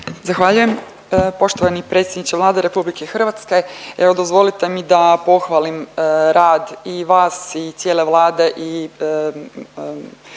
Zahvaljujem. Poštovani predsjedniče Vlade Republike Hrvatske evo dozvolite mi da pohvalim rad i vas i cijele Vlade